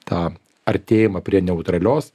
tą artėjimą prie neutralios